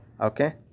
okay